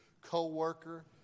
co-worker